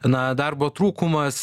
na darbo trūkumas